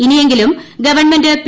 ഇനിയെങ്കിലും government P